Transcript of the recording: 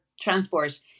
transport